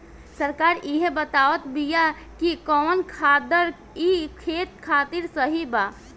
सरकार इहे बतावत बिआ कि कवन खादर ई खेत खातिर सही बा